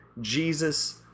jesus